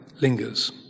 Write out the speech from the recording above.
lingers